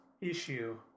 issue